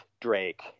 Drake